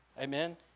Amen